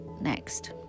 next